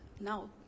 now